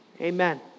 Amen